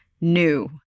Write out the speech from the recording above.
new